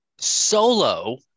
solo